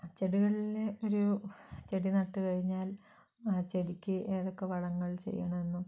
ആ ചെടികളിലെ ഒരു ചെടി നട്ടുകഴിഞ്ഞാൽ ആ ചെടിക്ക് ഏതൊക്കെ വളങ്ങൾ ചെയ്യണമെന്നും